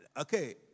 Okay